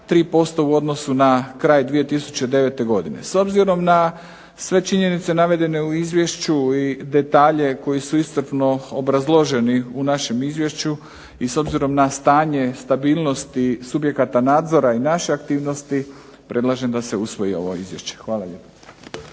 3% u odnosu na kraj 2009. godine. S obzirom na sve činjenice navedene u izvješću i detalje koji su iscrpno obrazloženi u našem izvješću i s obzirom na stanje stabilnosti subjekata nadzora i naše aktivnosti predlažem da se usvoji ovo izvješće. Hvala lijepo.